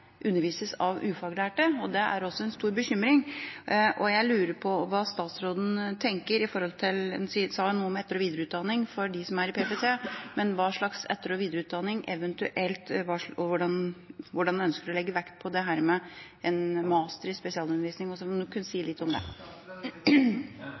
også en stor bekymring. Jeg lurer på hva statsråden tenker – han sa jo noe om det – når det gjelder etter- og videreutdanning for dem som er i PPT. Hva slags type etter- og videreutdanning, og hvordan ønsker han å legge vekt på mastergrad i spesialundervisning – kunne han si litt om det? Når jeg snakket om etter- og videreutdanning, er det faktisk en